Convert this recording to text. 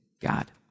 God